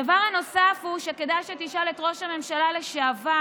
הדבר הנוסף שכדאי שתשאל את ראש הממשלה לשעבר